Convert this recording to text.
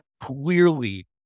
clearly